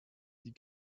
die